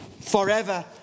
forever